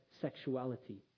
sexuality